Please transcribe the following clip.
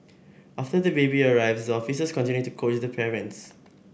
after the baby arrives the officers continue to coach the parents